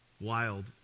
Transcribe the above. Wild